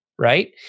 Right